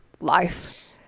life